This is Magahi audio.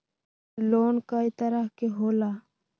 लोन कय तरह के होला?